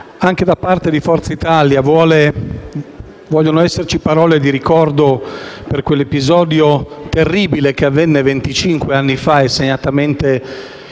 anche da parte di Forza Italia vogliono giungere parole di ricordo per quell'episodio terribile che avvenne venticinque anni fa - segnatamente